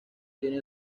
tiene